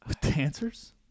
Dancers